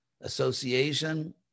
association